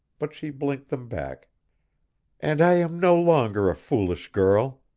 but she blinked them back and i am no longer a foolish girl!